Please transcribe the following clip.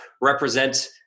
represent